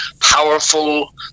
powerful